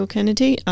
Kennedy